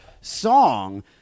song